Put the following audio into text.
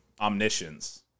omniscience